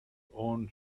own